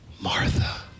Martha